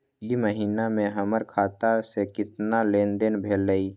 ई महीना में हमर खाता से केतना लेनदेन भेलइ?